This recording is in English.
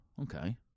okay